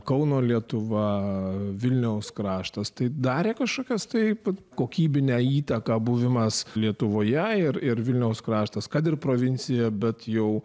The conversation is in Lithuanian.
kauno lietuva vilniaus kraštas tai darė kažkas taip kokybinę įtaką buvimas lietuvoje ir ir vilniaus kraštas kad ir provincija bet jau